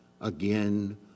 again